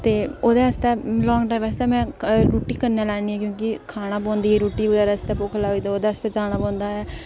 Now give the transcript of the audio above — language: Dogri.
ते ओह्दे आस्तै लॉंग ड्राइव आस्तै में रुट्टी कन्नै लेन्नी आं क्योंकि खाना पौंदी ऐ रुट्टी बगैरा आस्तै भुख लगदी ओह्दे आस्तै जाना पौंदा ऐ